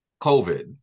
COVID